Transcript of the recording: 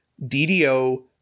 DDO